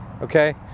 Okay